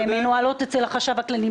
שמנוהלות אצל החשב הכללי,